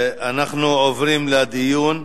אנחנו עוברים לדיון.